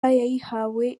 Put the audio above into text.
yayihawe